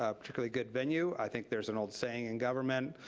ah particularly good venue. i think there's an old saying in government.